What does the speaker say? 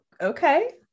okay